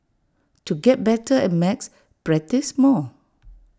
to get better at maths practise more